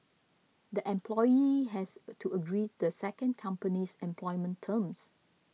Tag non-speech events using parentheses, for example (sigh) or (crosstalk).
the employee has (hesitation) to agree the second company's employment terms